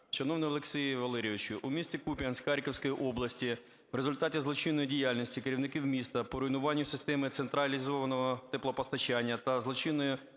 Дякую.